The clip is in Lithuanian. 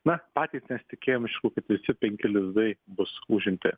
na patys nesitikėjom aišku kad visi penki lizdai bus užimti